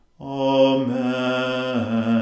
Amen